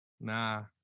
Nah